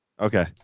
Okay